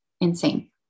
insane